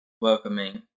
welcoming